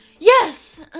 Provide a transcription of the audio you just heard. Yes